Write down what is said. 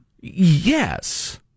Yes